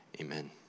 amen